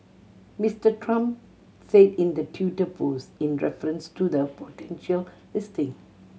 Mister Trump said in the Twitter post in reference to the potential listing